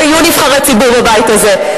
לא יהיו נבחרי ציבור בבית הזה.